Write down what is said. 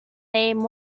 name